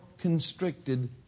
constricted